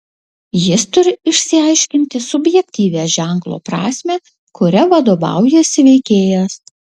jis turi išsiaiškinti subjektyvią ženklo prasmę kuria vadovaujasi veikėjas